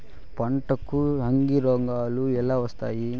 పంటకు అగ్గిరోగాలు ఎలా వస్తాయి?